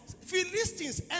Philistines